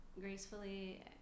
gracefully